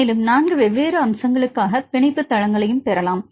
மேலும் 4 வெவ்வேறு அம்சங்களுக்காக பிணைப்பு தளங்களைப் பெறலாம்